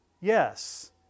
Yes